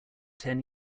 ten